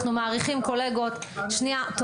דיון שהוא שנייה Evidence based,